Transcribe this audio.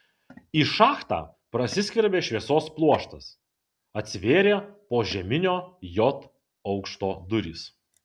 į šachtą prasiskverbė šviesos pluoštas atsivėrė požeminio j aukšto durys